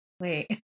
Wait